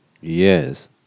Yes